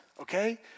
Okay